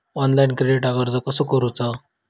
Online क्रेडिटाक अर्ज कसा करुचा?